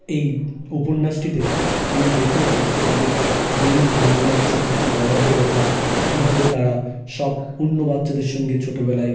এই উপন্যাসটিতে তিনি দেখিয়েছেন তাদের দুই ভাই বোনের ছোট থেকে বড় হয়ে ওঠা কীভাবে তারা সব পূর্ণ বাচ্চাদের সঙ্গে ছোটোবেলায়